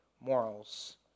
morals